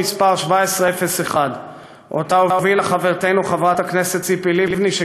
מס' 1701 שהובילה חברתנו חברת הכנסת ציפי לבני,